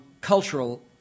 cultural